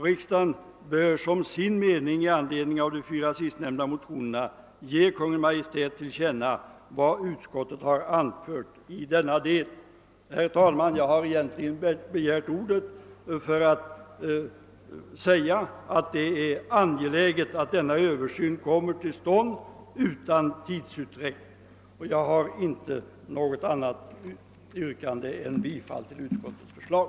Riksdagen bör som sin mening i anledning av de fyra sistnämnda motionerna ge Kungl. Maj:t till känna vad utskottet anfört i denna del.> Herr talman! Jag har egentligen begärt ordet för att säga att det är angeläget att denna översyn kommer till stånd utan tidsutdräkt. Jag har inte något annat yrkande än om bifall till utskottets förslag.